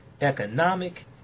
economic